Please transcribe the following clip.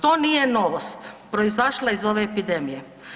To nije novost proizašla iz ove epidemije.